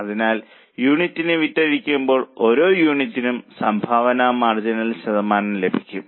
അതിനാൽ യൂണിറ്റിന് വിറ്റഴിക്കുമ്പോൾ ഓരോ യൂണിറ്റിനും സംഭാവന മാർജിൻ ശതമാനം ലഭിക്കും